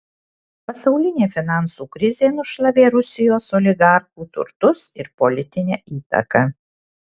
pasaulinė finansų krizė nušlavė rusijos oligarchų turtus ir politinę įtaką